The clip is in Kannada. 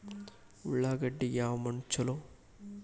ಉಳ್ಳಾಗಡ್ಡಿಗೆ ಯಾವ ಮಣ್ಣು ಛಲೋ?